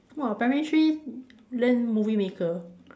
!wah! primary three learn movie maker